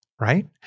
Right